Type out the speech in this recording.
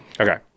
Okay